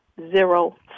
zero